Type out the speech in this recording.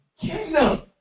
kingdom